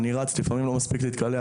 לפעמים גם לא מספיק להתקלח.